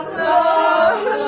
love